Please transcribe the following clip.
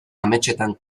ametsetan